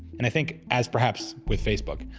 and i think, as perhaps with facebook,